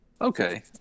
Okay